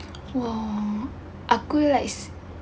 !wah! aku like